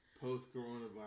post-Coronavirus